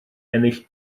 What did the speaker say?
ennill